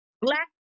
Black